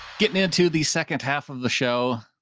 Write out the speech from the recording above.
getting into the second half of the show.